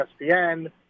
ESPN